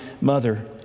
mother